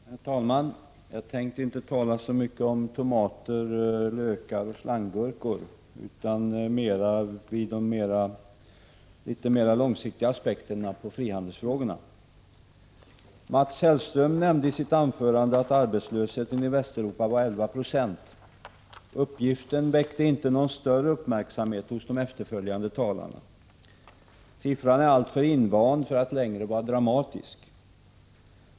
Herr talman! Jag tänkte inte tala så mycket om tomater, lökar och slanggurkor utan främst uppehålla mig vid de något mera långsiktiga aspekterna på frihandelsfrågorna. Mats Hellström nämnde att arbetslösheten i Västeuropa var 11 96. Uppgiften väckte inte någon större uppmärksamhet hos de efterföljande talarna. Siffran är så att säga alltför invand för att längre vara dramatisk.